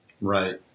Right